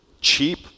Cheap